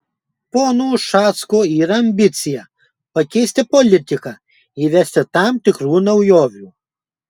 pono ušacko yra ambicija pakeisti politiką įvesti tam tikrų naujovių